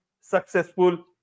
successful